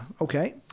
okay